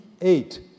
eight